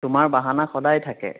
তোমাৰ বাহানা সদায় থাকে